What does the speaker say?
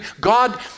God